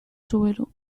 zubero